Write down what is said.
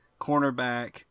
cornerback